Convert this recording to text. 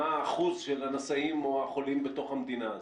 מה האחוז של הנשאים או החולים בתוך המדינה הזאת.